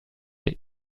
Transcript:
lait